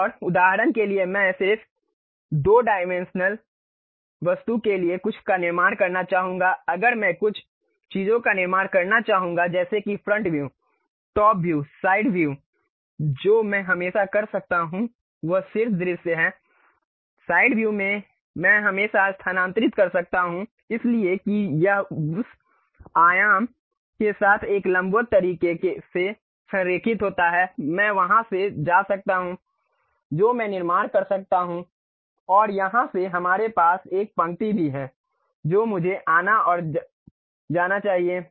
और उदाहरण के लिए मैं सिर्फ 2 डायमेंशनल वस्तु के लिए कुछ का निर्माण करना चाहूंगा अगर मैं कुछ चीज़ों का निर्माण करना चाहूंगा जैसे कि front view top view side view जो मैं हमेशा कर सकता हूं वह शीर्ष दृश्य है साइड व्यू मैं हमेशा स्थानांतरित कर सकता हूं इसलिए कि यह उस आयाम के साथ एक लंबवत तरीके से संरेखित होता है मैं वहां से जा सकता हूं जो मैं निर्माण कर सकता हूं और यहां से हमारे पास एक पंक्ति भी है जो मुझे आना और जाना चाहिए